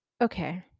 okay